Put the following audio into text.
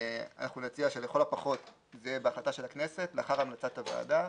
אנחנו נציע שלכל הפחות זה יהיה בהחלטה של הכנסת לאחר המלצת הוועדה,